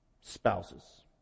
spouses